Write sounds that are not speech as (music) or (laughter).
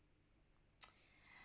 (noise)